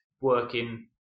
working